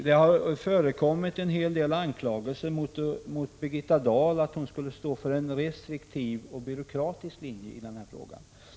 Det har förekommit en hel del anklagelser mot Birgitta Dahl att hon skulle stå för en restriktiv och byråkratisk linje i denna fråga.